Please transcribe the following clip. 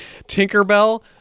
Tinkerbell